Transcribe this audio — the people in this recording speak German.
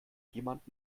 jemand